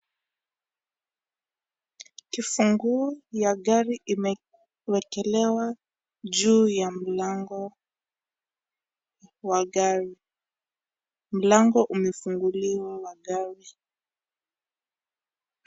Kifunguu ya gari imewekelewa juu ya mlango wa gari. Mlango umefunguliwa wa gari.